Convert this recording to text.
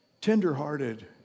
tenderhearted